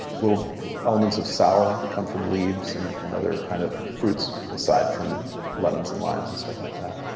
little elements of sour that come from leaves and and other kind of fruits aside from lemons and limes and stuff like that,